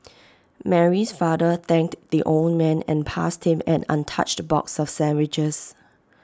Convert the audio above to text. Mary's father thanked the old man and passed him an untouched box of sandwiches